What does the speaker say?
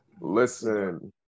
Listen